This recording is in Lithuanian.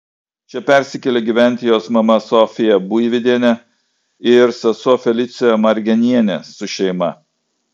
čia persikėlė gyventi jos mama sofija buividienė ir sesuo felicija margenienė su šeima